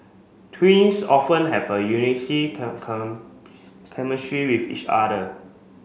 twins often have a with each other